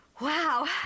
Wow